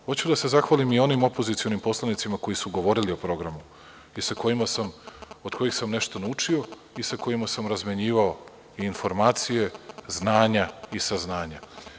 Hoću da se zahvalim i onim opozicionim poslanicima koji su govorili o programu i od kojih sam nešto naučio i sa kojima sam razmenjivao i informacije znanja i saznanja.